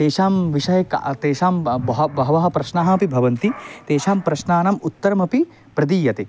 तेषां विषयक तेषां ब बह बहवः प्रश्नाः अपि भवन्ति तेषां प्रश्नानाम् उत्तरमपि प्रदीयते